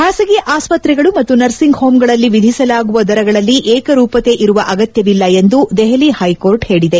ಖಾಸಗಿ ಆಸ್ತ್ರೆಗಳು ಮತ್ತು ನರ್ಸಿಂಗ್ ಹೋಂಗಳಲ್ಲಿ ವಿಧಿಸಲಾಗುವ ದರಗಳಲ್ಲಿ ಏಕರೂಪತೆ ಇರುವ ಅಗತ್ಯವಿಲ್ಲ ಎಂದು ದೆಹಲಿ ಹೈಕೋರ್ಟ್ ಹೇಳಿದೆ